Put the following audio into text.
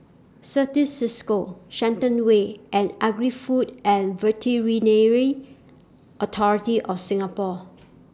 Certis CISCO Shenton Way and Agri Food and Veterinary Authority of Singapore